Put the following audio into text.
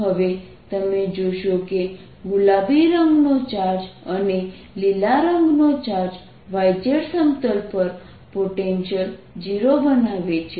હવે તમે જોશો કે ગુલાબી રંગનો ચાર્જ અને લીલા રંગનો ચાર્જ y z સમતલ પર પોટેન્શિયલ 0 બનાવે છે